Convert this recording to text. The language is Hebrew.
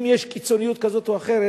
אם יש קיצוניות כזאת או אחרת,